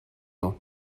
nhw